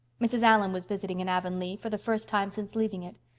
mrs. allan was visiting in avonlea, for the first time since leaving it.